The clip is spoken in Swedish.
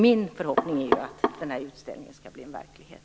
Min förhoppning är att utställningen skall bli en verklighet.